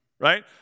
right